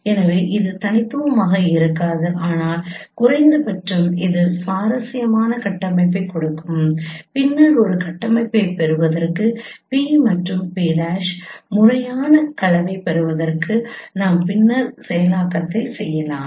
எனவே இது தனித்துவமாக இருக்காது ஆனால் குறைந்த பட்சம் இது சாத்தியமான கட்டமைப்பைக் கொடுக்கும் பின்னர் ஒரு கட்டமைப்பைப் பெறுவதற்கு P மற்றும் P' முறையான கலவையைப் பெறுவதற்கு நான் பின்னர் செயலாக்கத்தை செய்யலாம்